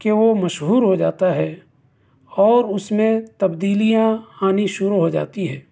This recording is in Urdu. کہ وہ مشہور ہو جاتا ہے اور اس میں تبدیلیاں آنی شروع ہو جاتی ہے